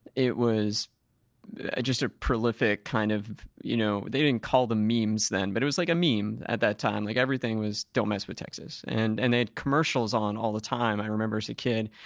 it was just a prolific kind of you know they didn't call them memes then, but it was like a meme at that time like everything was don't mess with texas. and and they had commercials on all the time i remember as a kid,